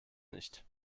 nicht